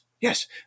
yes